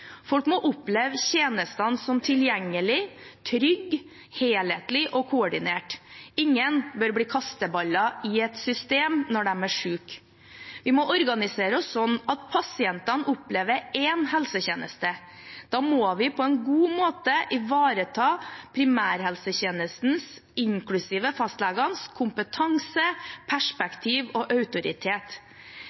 Folk må oppleve tjenestene som tilgjengelige, trygge, helhetlige og koordinerte. Ingen bør bli kasteballer i et system når de er syke. Vi må organisere oss sånn at pasientene opplever én helsetjeneste. Da må vi på en god måte ivareta primærhelsetjenestens, inklusive fastlegenes, kompetanse, perspektiv og autoritet.